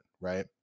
Right